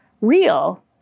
real